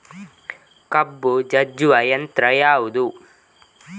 ಕಬ್ಬು ಜಜ್ಜುವ ಯಂತ್ರ ಯಾವುದು?